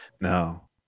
no